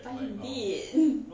bu the big